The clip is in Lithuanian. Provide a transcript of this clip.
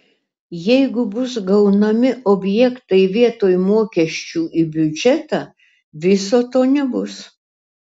jeigu bus gaunami objektai vietoj mokesčių į biudžetą viso to nebus